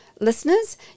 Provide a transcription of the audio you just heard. listeners